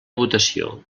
votació